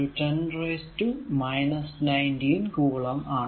602 10 ന്റെ പവർ 19 കുളം ആണ്